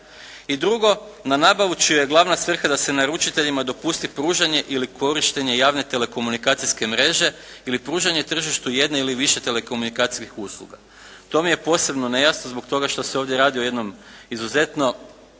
I drugo, na nabavu čija je glavna svrha da se naručiteljima dopusti pružanje ili korištenje javne telekomunikacijske mreže ili pružanje tržištu jedne ili više telekomunikacijskih usluga. To mi je posebno nejasno zbog toga što se ovdje radi o jednom izuzetno